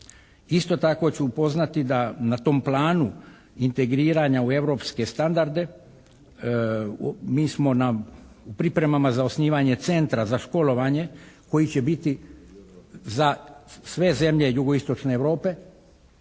Isto tako ću upoznati da na tom planu integriranja u europske standarde mi smo na pripremama za osnivanje centra za školovanje koji će biti za sve zemlje jugoistočne Europe